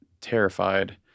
terrified